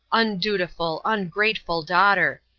undutiful, ungrateful daughter!